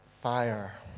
Fire